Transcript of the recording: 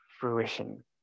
fruition